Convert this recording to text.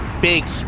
Big